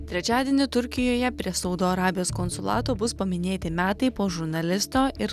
trečiadienį turkijoje prie saudo arabijos konsulato bus paminėti metai po žurnalisto ir